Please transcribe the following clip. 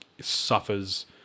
suffers